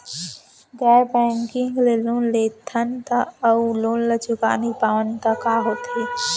गैर बैंकिंग ले लोन लेथन अऊ लोन ल चुका नहीं पावन त का होथे?